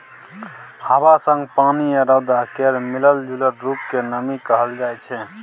हबा संग पानि आ रौद केर मिलल जूलल रुप केँ नमी कहल जाइ छै